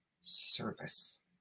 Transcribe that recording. service